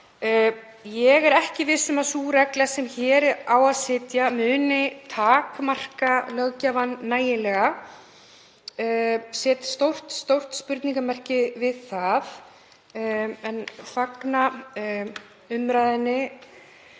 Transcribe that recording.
Ég er ekki viss um að sú regla sem hér á að setja muni takmarka löggjafann nægilega. Ég set stórt spurningarmerki við það en fagna umræðunni